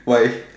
why